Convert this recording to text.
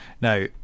Now